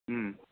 ওম